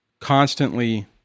constantly